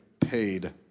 paid